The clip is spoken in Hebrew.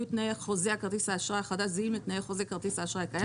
יהיו תנאי חוזה כרטיס האשראי החדש זהים לתנאי חוזה כרטיס האשראי הקיים,